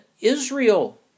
Israel